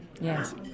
Yes